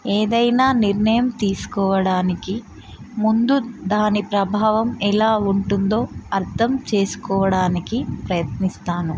ఏదైనా నిర్ణయం తీసుకోవడానికి ముందు దాని ప్రభావం ఎలా ఉంటుందో అర్థం చేసుకోవడానికి ప్రయత్నిస్తాను